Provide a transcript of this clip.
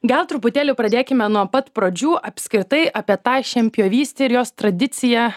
gal truputėlį pradėkime nuo pat pradžių apskritai apie tą šienpjovystę ir jos tradiciją